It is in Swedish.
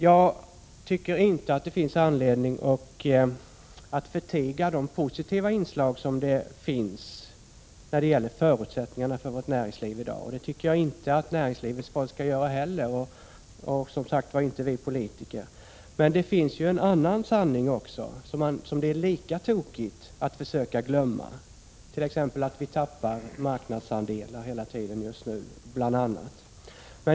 Jag tycker inte att det finns anledning att förtiga de positiva inslag som finns när det gäller förutsättningarna för vårt näringsliv. Det tycker jag inte att näringslivets folk heller skall göra, och inte heller vi politiker. Men det finns ju också en annan sanning som det är lika felaktigt att försöka glömma, t.ex. att vi hela tiden tappar marknadsandelar.